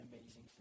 amazing